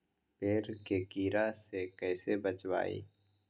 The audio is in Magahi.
पेड़ के कीड़ा से कैसे बचबई?